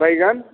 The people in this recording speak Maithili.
बैंगन